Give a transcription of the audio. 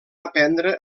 aprendre